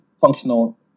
functional